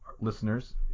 listeners